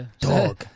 Dog